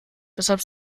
weshalb